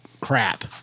crap